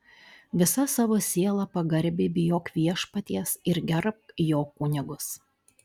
visa savo siela pagarbiai bijok viešpaties ir gerbk jo kunigus